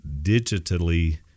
digitally